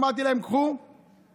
אמרתי להם: קחו רשימה,